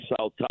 South